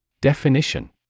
Definition